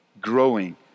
growing